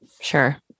Sure